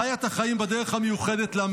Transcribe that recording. חיה את החיים בדרך המיוחדת לה,